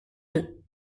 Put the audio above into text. deux